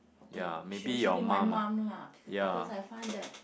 okay should should be my mum lah because I find that